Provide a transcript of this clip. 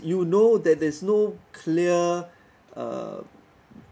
you know that there's no clear uh